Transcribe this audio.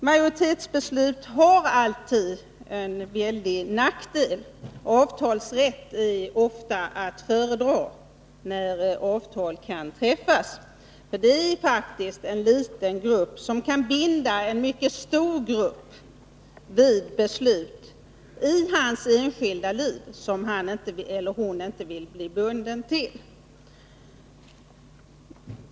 Majoritetsbeslut har alltid en väsentlig nackdel — avtalsrätt är ofta att föredra. Det är faktiskt så att en liten grupp genom majoritetsbeslut kan binda en mycket stor grupp vid beslut som rör vars och ens enskilda liv och som han eller hon inte vill bli bundna till.